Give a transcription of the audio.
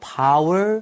power